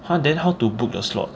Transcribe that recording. !huh! then how to book the slot